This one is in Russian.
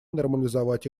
нормализовать